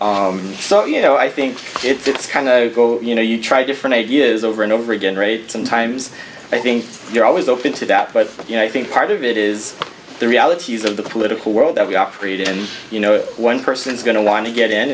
so you know i think it's kind of go you know you try different ideas over and over again rate sometimes i think you're always open to that but you know i think part of it is the realities of the political world that we operate in you know one person's going to want to get in